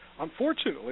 unfortunately